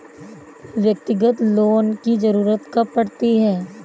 व्यक्तिगत लोन की ज़रूरत कब पड़ती है?